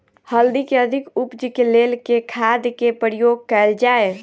हल्दी केँ अधिक उपज केँ लेल केँ खाद केँ प्रयोग कैल जाय?